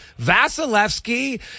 Vasilevsky